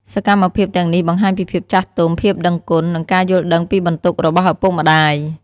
សកម្មភាពទាំងនេះបង្ហាញពីភាពចាស់ទុំ ភាពដឹងគុណ និងការយល់ដឹងពីបន្ទុករបស់ឪពុកម្ដាយ។